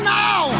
now